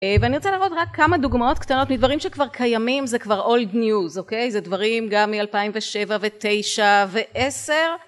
ואני רוצה לבראות רק כמה דוגמאות קטנות מדברים שכבר קיימים, זה כבר old news, אוקיי, זה דברים גם מ-2007 ו-2009 ו-2010